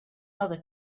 other